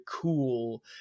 cool